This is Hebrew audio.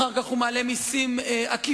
אחר כך הוא מעלה מסים עקיפים.